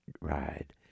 ride